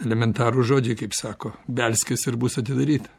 elementarūs žodžiai kaip sako belskis ir bus atidaryta